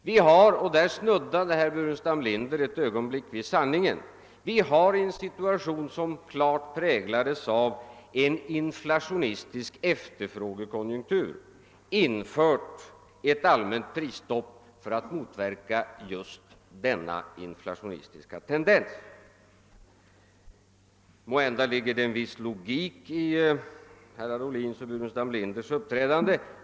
Vi har — och där snuddade herr Burenstam Linder ett ögonblick vid sanningen — i en situation, som klart präglades av en inflationistisk efterfrågekonjunktur, infört ett allmänt prisstopp för att motverka just denna inflationistiska tendens. Måhända ligger det en viss logik i herrar Ohlins och Burenstam Linders uppträdande.